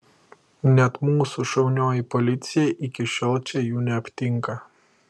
net mūsų šaunioji policija iki šiol čia jų neaptinka